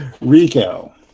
Rico